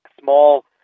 small